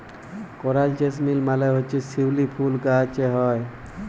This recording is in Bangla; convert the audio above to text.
করাল জেসমিল মালে হছে শিউলি ফুল গাহাছে হ্যয়